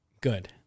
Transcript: Good